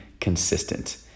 consistent